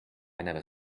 never